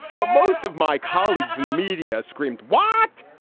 but most of my colleagues in the media screamed, what?